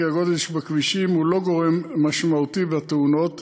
הגודש בכבישים הוא לא גורם משמעותי בתאונות.